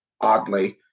oddly